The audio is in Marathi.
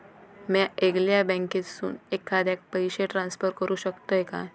म्या येगल्या बँकेसून एखाद्याक पयशे ट्रान्सफर करू शकतय काय?